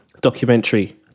documentary